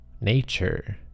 nature